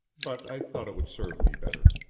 but i thought it would serve me better.